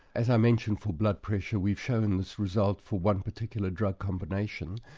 as i mentioned, for blood pressure, we've shown this result for one particular drug combination,